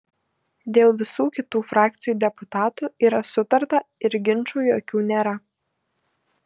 dėl visų kitų frakcijų deputatų yra sutarta ir ginčų jokių nėra